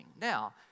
Now